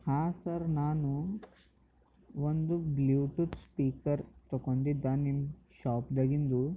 ಹಾಂ ಸರ್ ನಾನು ಒಂದು ಬ್ಲೂಟೂತ್ ಸ್ಪೀಕರ್ ತೊಕೊಂದಿದ ನಿಮ್ಮ ಶಾಪ್ದಾಗಿಂದು